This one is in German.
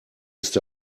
ist